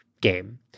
game